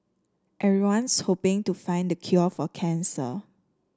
everyone's hoping to find the cure for cancer